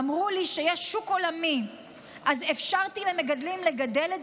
אמרו לי שיש שוק עולמי אז אפשרתי למגדלים לגדל את